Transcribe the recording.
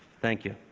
thank you.